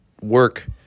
Work